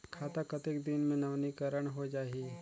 खाता कतेक दिन मे नवीनीकरण होए जाहि??